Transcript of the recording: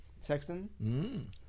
Sexton